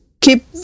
keep